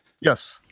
Yes